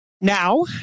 Now